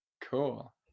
Cool